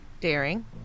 daring